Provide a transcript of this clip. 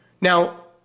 Now